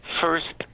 first